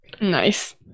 Nice